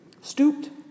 stooped